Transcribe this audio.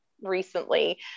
recently